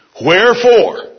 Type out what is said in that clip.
Wherefore